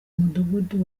mudugudu